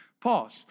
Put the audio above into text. Pause